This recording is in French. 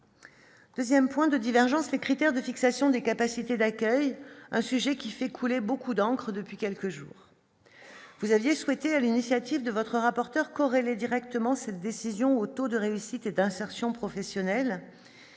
2ème point de divergence, les critères de fixation des capacités d'accueil, un sujet qui fait couler beaucoup d'encre depuis quelques jours, vous aviez souhaité, à l'initiative de votre rapporteur corréler directement cette décision au taux de réussite et d'insertion professionnelle